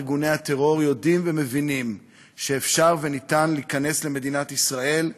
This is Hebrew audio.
ארגוני הטרור יודעים ומבינים שאפשר להיכנס למדינת ישראל,